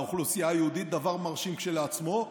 האוכלוסייה היהודית, דבר מרשים כשלעצמו.